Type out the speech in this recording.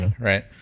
Right